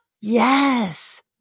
Yes